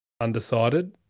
Undecided